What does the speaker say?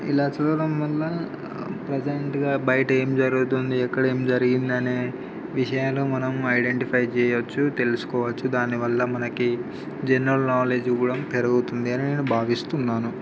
ఇలా చదవడం వల్ల ప్రజెంట్గా బయట ఏం జరుగుతుంది ఎక్కడ ఏం జరిగింది అనే విషయాలు మనం ఐడెంటిఫై చేయవచ్చు తెలుసుకోవచ్చు దానివల్ల మనకి జనరల్ నాలెడ్జ్ కూడా పెరుగుతుంది అని నేను భావిస్తున్నాను